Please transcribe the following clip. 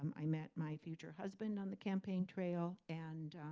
um i met my future husband on the campaign trail. and